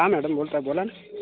हा मॅडम बोलत आहे बोला